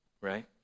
right